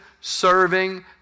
serving